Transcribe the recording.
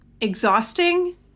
exhausting